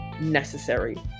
necessary